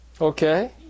Okay